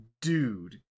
dude